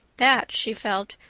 that, she felt,